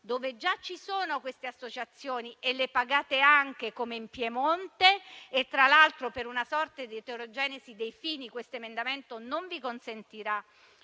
dove già ci sono queste associazioni che pagate anche, come in Piemonte (tra l'altro, per una sorta di eterogenesi dei fini, questo emendamento non vi consentirà